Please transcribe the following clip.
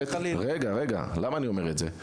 למה אני אומר את זה?